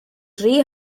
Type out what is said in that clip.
rhy